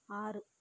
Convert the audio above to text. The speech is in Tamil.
ஆறு